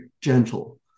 gentle